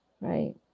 right